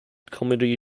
comedy